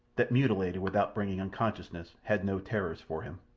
that mutilated without bringing unconsciousness, had no terrors for him.